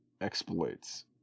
exploits